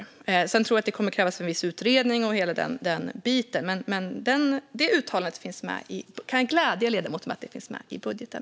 Sedan tror jag att det kommer att krävas en viss utredning och hela den biten, men jag kan alltså glädja ledamoten med att uttalandet finns med i budgeten.